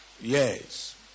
Yes